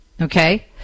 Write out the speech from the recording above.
okay